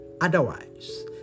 otherwise